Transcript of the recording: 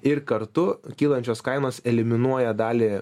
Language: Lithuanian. ir kartu kylančios kainos eliminuoja dalį